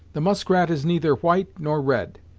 the muskrat is neither white, nor red.